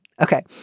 Okay